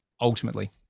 ultimately